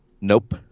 Nope